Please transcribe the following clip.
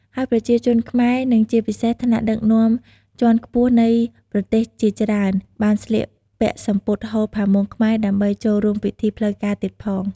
ហើយប្រជាជនខ្មែរ និងជាពិសេសថ្នាក់ដឹកនាំជាន់ខ្ពស់នៃប្រទេសជាច្រើនបានស្លៀកពាក់សំពត់ហូលផាមួងខ្មែរដើម្បីចូលរួមពិធីផ្លូវការទៀតផង។